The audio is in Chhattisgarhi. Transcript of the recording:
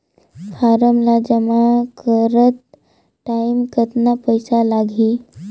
फारम ला जमा करत टाइम कतना पइसा लगही?